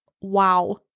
wow